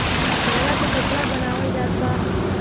धागा से कपड़ा बनावल जात बा